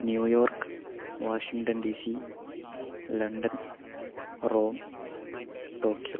New York Washington DC London Rome Tokyo